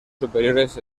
superiores